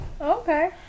okay